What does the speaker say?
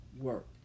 work